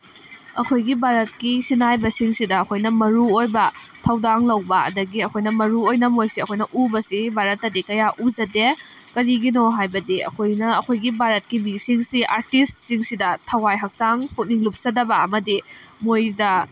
ꯑꯩꯈꯣꯏꯒꯤ ꯚꯥꯔꯠꯀꯤ ꯁꯤꯟꯅꯥꯏꯕꯁꯤꯡꯁꯤꯗ ꯑꯩꯈꯣꯏꯅ ꯃꯔꯨ ꯑꯣꯏꯕ ꯊꯧꯗꯥꯡ ꯂꯧꯕ ꯑꯗꯒꯤ ꯑꯩꯈꯣꯏꯅ ꯃꯔꯨ ꯑꯣꯏꯅ ꯃꯣꯏꯁꯤ ꯑꯩꯈꯣꯏꯅ ꯎꯕꯁꯤ ꯚꯥꯔꯠꯇꯗꯤ ꯀꯌꯥ ꯎꯖꯗꯦ ꯀꯔꯤꯒꯤꯅꯣ ꯍꯥꯏꯕꯗꯤ ꯑꯩꯈꯣꯏꯅ ꯑꯩꯈꯣꯏꯒꯤ ꯚꯥꯔꯠꯀꯤ ꯃꯤꯁꯤꯡꯁꯤ ꯑꯥꯔꯇꯤꯁꯁꯤꯡꯁꯤꯗ ꯊꯋꯥꯏ ꯍꯛꯆꯥꯡ ꯄꯨꯛꯅꯤꯡ ꯂꯨꯞꯁꯟꯗꯕ ꯑꯃꯗꯤ ꯃꯣꯏꯗ